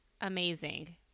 amazing